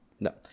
No